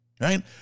right